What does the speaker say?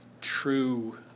true